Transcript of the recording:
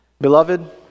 Beloved